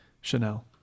Chanel